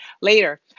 later